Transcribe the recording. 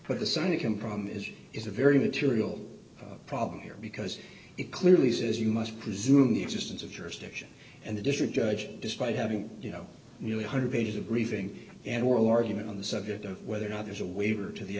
but the sun to come from is is a very material problem here because it clearly says you must presume the existence of jurisdiction and the district judge despite having you know nearly one hundred pages of briefing and oral argument on the subject of whether or not there's a waiver to the